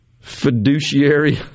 fiduciary